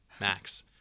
Max